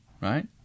right